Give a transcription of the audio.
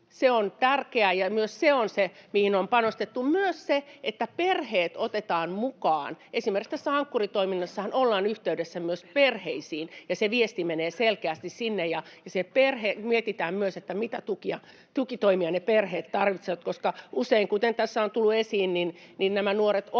on tärkeää, ja myös se on se, mihin on panostettu — myös se, että perheet otetaan mukaan. Esimerkiksi tässä Ankkuri-toiminnassahan ollaan yhteydessä myös perheisiin, ja se viesti menee selkeästi sinne, ja se perhe... Mietitään myös, mitä tukia, tukitoimia ne perheet tarvitsevat, koska usein, kuten tässä on tullut esiin, nämä nuoret ovat